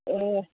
ए